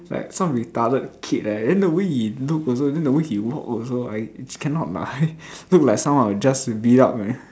it's like retarded kid like that then the way he look also and the way he walk also I it's cannot lah looks like someone I would just beat up man